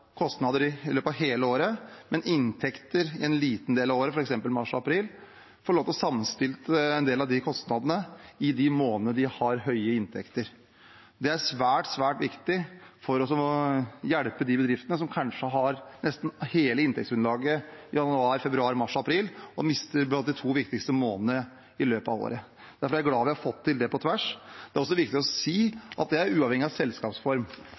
kostnader i løpet av hele året, men inntekter en liten del av året, f.eks. mars–april, få lov til å sammenstille en del av kostnadene i de månedene de har høye inntekter. Det er svært, svært viktig for å hjelpe de bedriftene som kanskje har nesten hele inntektsgrunnlaget i januar, februar, mars og april og mister de to viktigste månedene i løpet av året. Derfor er jeg glad for at vi har fått til det på tvers. Det er også viktig å si at det er uavhengig av selskapsform.